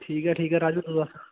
ਠੀਕ ਹੈ ਠੀਕ ਹੈ ਰਾਜਵੀਰ ਤੂੰ ਦੱਸ